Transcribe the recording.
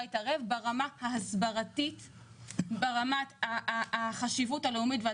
להתערב ברמת ההסברה והחשיבות הלאומית.